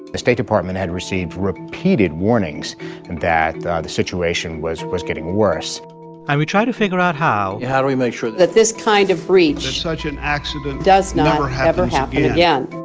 the state department had received repeated warnings and that the the situation was was getting worse and we try to figure out how. how do we make sure. that this kind of breach. that such an accident. does not ever ever happen yeah